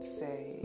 say